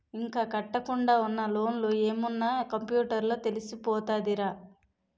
ఇంకా కట్టకుండా ఉన్న లోన్లు ఏమున్న కంప్యూటర్ లో తెలిసిపోతదిరా